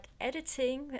editing